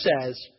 says